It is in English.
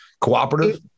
cooperative